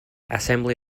assembly